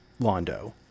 Londo